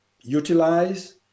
utilize